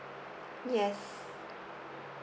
yes